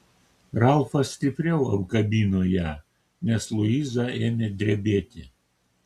ralfas stipriau apkabino ją nes luiza ėmė drebėti